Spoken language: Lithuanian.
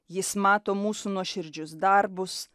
jis mato mūsų nuoširdžius darbus